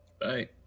Bye